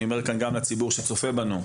אני אומר את זה גם לציבור שצופה בנו.